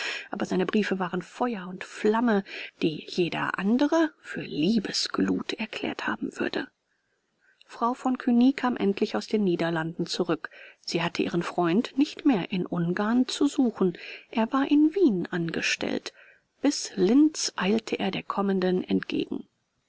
aber seine briefe waren feuer und flamme die jeder andere für liebesglut erklärt haben würde frau von cugny kam endlich aus den niederlanden zurück sie hatte ihren freund nicht mehr in ungarn zu suchen er war in wien angestellt bis linz eilte er der kommenden entgegen